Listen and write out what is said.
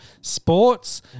sports